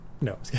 No